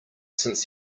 since